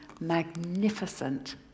magnificent